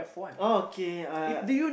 oh okay uh